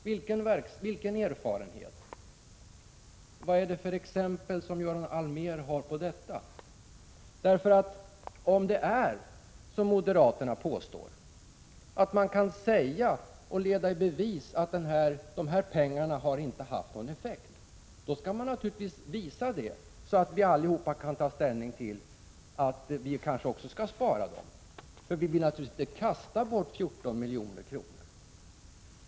Vilken erfarenhet? Vad är det för exempel som Göran Allmér har på detta? Om det är som moderaterna påstår, att man kan säga och leda i bevis att dessa pengar inte har haft någon effekt, då skall man naturligtvis visa det så att vi alla kan ta ställning till om man skall spara dessa pengar, eftersom vi naturligtvis inte vill kasta bort 14 milj.kr.